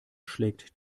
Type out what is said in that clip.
schlägt